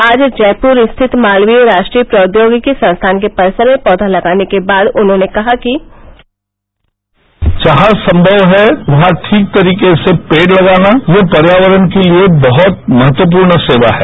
आज जयपुर स्थित मालवीय राष्ट्रीय प्रौद्योगिकी संस्थान के परिसर में पौधा लगाने के बाद उन्होंने कहा कि जहां संभव है वहां ठीक तरीके से पेड़ लगाना यह पर्यावरण के लिए बहुत महत्वपूर्ण सेवा है